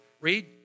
Read